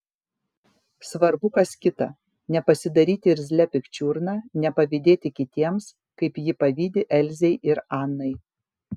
svarbu kas kita nepasidaryti irzlia pikčiurna nepavydėti kitiems kaip ji pavydi elzei ir anai